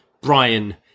Brian